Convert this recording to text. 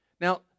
Now